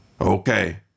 Okay